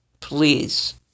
please